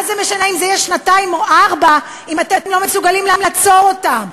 מה זה משנה אם זה יהיה שנתיים או ארבע אם אתם לא מסוגלים לעצור אותם?